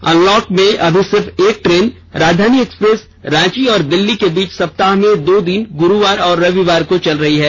unlock में अभी सिर्फ एक ट्रेन राजधानी एक्सप्रेस रांची और दिल्ली के बीच सप्ताह में दो दिन गुरुवार और रविवार को चल रही है